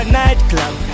nightclub